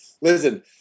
Listen